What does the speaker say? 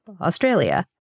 Australia